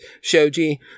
shoji